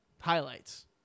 highlights